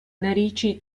narici